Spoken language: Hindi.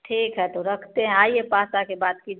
ठीक है तो रखते हैं आइए पास आकर बात कीजिए